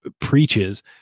preaches